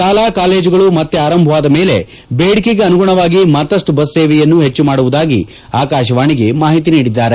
ಶಾಲಾ ಕಾಲೇಜುಗಳು ಮತ್ತೆ ಆರಂಭವಾದ ಮೇಲೆ ಬೇಡಿಕೆಗೆ ಅನುಗುಣವಾಗಿ ಮತ್ತಷ್ಟು ಬಸ್ ಸೇವೆಯನ್ನು ಹೆಚ್ಚು ಮಾಡುವುದಾಗಿ ಆಕಾಶವಾಣಿಗೆ ಮಾಹಿತಿ ನೀಡಿದ್ದಾರೆ